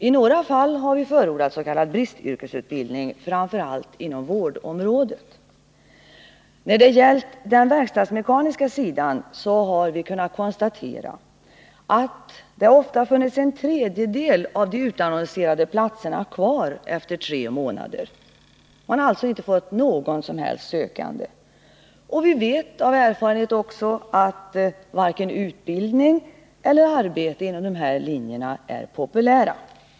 I några fall har vi förordat s.k. bristyrkesutbildning, framför allt inom vårdområdet. När det har gällt den verkstadsmekaniska sidan har vi kunnat konstatera att det efter tre månader ofta har funnits kvar en tredjedel av de utannonserade platserna. Man har alltså inte fått någon sökande. Vi vet av erfarenhet också att varken utbildning eller arbete inom denna sektor är populärt.